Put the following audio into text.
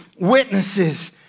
witnesses